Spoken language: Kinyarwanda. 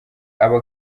aba